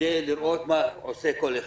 כדי לראות מה עושה כל אחד.